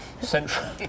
Central